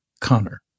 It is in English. Connor